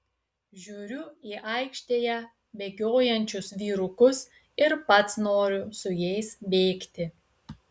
žiūriu į aikštėje bėgiojančius vyrukus ir pats noriu su jais bėgti